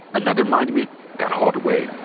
another monument got hauled away.